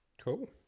Cool